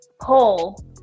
pull